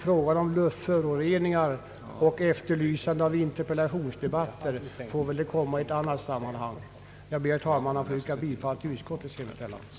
Frågan om luftföroreningar och efterlysande av interpellationsdebatter får väl komma i annat sammanhang. Jag ber, herr talman, att få yrka bifall till utskottets hemställan.